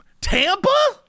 Tampa